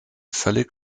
völlig